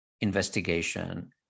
investigation